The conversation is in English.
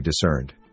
discerned